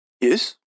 Yes